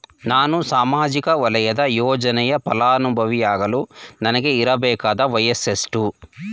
ನಾನು ಸಾಮಾಜಿಕ ವಲಯದ ಯೋಜನೆಯ ಫಲಾನುಭವಿಯಾಗಲು ನನಗೆ ಇರಬೇಕಾದ ವಯಸ್ಸುಎಷ್ಟು?